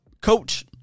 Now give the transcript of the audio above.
coach